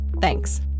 Thanks